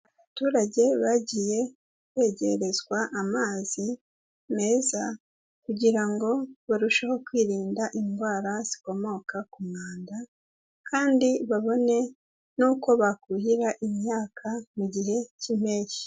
Abaturage bagiye begerezwa amazi meza, kugira ngo barusheho kwirinda indwara zikomoka ku mwanda, kandi babone n'uko bakuhira imyaka mu gihe cy'impeshyi.